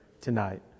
tonight